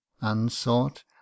unsought